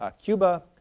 ah cuba.